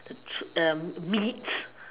meats